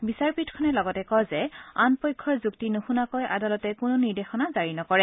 বিচাৰপীঠ খনে লগতে কয় যে আন পক্ষৰ যুক্তি নুশুনাকৈ আদালতে কোনো নিৰ্দেশনা জাৰি নকৰে